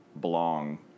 belong